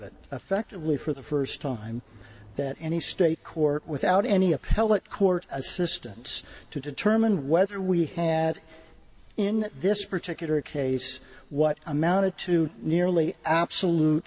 it effectively for the first time that any state court without any appellate court assistance to determine whether we had in this particular case what amounted to nearly absolute